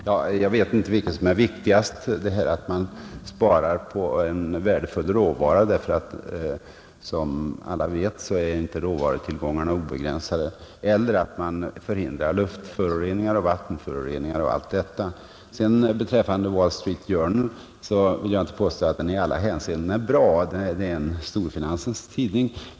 Herr talman! Jag vet inte vilket som är viktigast, att man sparar på värdefull råvara — som alla vet är inte råvarutillgångarna obegränsade — eller att man förhindrar luftföroreningar, vattenföroreningar osv. Beträffande Wall Street Journal vill jag inte påstå att den i alla hänseenden är bra. Den är en storfinansens tidning.